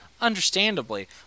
Understandably